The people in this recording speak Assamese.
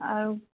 আৰু